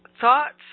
thoughts